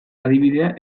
adibidea